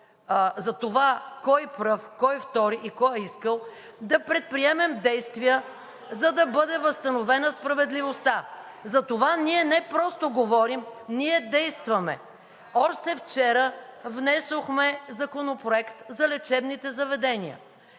за това кой пръв, кой втори и кой е искал, да предприемем действия, за да бъде възстановена справедливостта. (Шум и реплики от „БСП за България“.) Затова ние не просто говорим, ние действаме. Още вчера внесохме Законопроект за лечебните заведения.